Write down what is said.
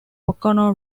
pocono